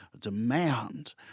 demand